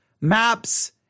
Maps